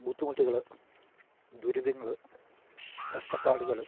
ബുദ്ധിമുട്ടുകൾ ദുരിതങ്ങൾ കഷ്ടപ്പാടുകൾ